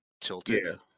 tilted